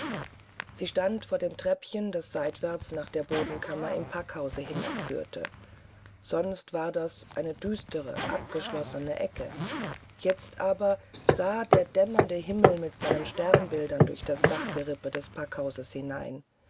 sie stand vor dem treppchen das seitwärts nach der bodenkammer im packhause hinabführte sonst war das eine düstere abgeschlossene ecke jetzt aber sah der dämmernde himmel mit seinen sternbildern durch das dachgerippe des packhauses herein